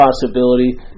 possibility